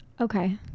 okay